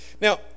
Now